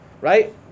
Right